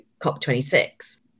COP26